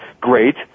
Great